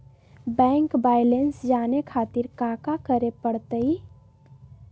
Bank balance जाने खातिर काका करे पड़तई?